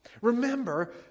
Remember